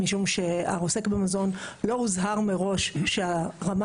משום שהעוסק במזון לא הוזהר מראש שהרמה